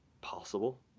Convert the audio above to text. possible